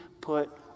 put